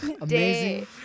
Amazing